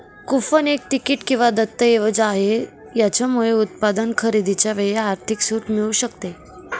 coupon एक तिकीट किंवा दस्तऐवज आहे, याच्यामुळे उत्पादन खरेदीच्या वेळी आर्थिक सूट मिळू शकते